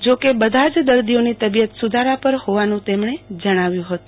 જોકે બધાજ દર્દીઓની તબિયત સધારા પર હોવાનું તેમણે જણાવ્યું હતુ